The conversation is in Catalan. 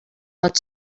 pot